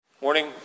Morning